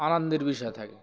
আনন্দের বিষয় থাকে